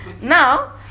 now